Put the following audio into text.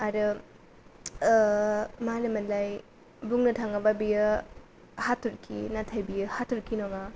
आरो मा होनोमोनलाय बुंनो थाङोब्ला बेयो हाथरखि नाथाय बेयो हाथरखि नङा